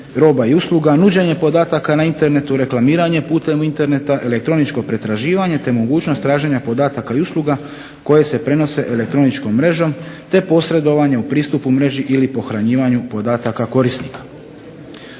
roba i usluga, nuđenje podataka na internetu, reklamiranje putem interneta, elektroničko pretraživanje te mogućnost traženja podataka i usluga koje se prenose elektroničkom mrežom te posredovanje u pristupu mreži ili pohranjivanju podataka korisnika.